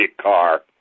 Car